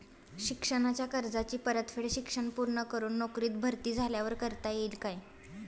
शिक्षणाच्या कर्जाची परतफेड शिक्षण पूर्ण करून नोकरीत भरती झाल्यावर करता येईल काय?